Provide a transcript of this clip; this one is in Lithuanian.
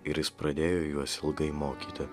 ir jis pradėjo juos ilgai mokyti